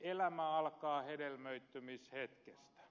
elämä alkaa hedelmöittymishetkestä